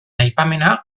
aipamena